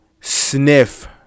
sniff